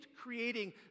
creating